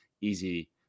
easy